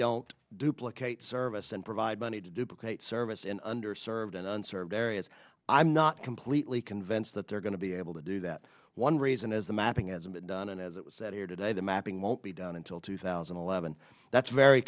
don't duplicate service and provide money to duplicate service in under served and unserved areas i'm not completely convinced that they're going to be able to do that one reason is the mapping as i'm done and as it was said here today the mapping won't be done until two thousand and eleven that's very